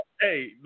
Hey